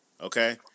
Okay